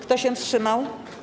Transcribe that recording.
Kto się wstrzymał?